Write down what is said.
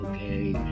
Okay